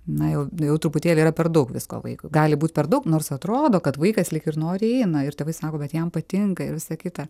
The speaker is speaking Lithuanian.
na jau jau truputėlį yra per daug visko vaikui gali būt per daug nors atrodo kad vaikas lyg ir noriai eina ir tėvai sako kad jam patinka ir visa kita